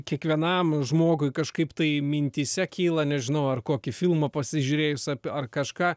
kiekvienam žmogui kažkaip tai mintyse kyla nežinau ar kokį filmą pasižiūrėjus apie ar kažką